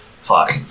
Fuck